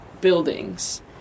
buildings